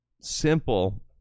simple